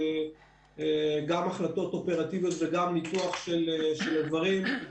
יש גם החלטות אופרטיביות וגם ניתוח של הדברים.